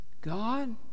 God